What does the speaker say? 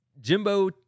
Jimbo